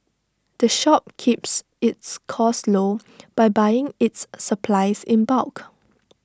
the shop keeps its costs low by buying its supplies in bulk